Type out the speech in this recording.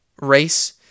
race